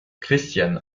christiane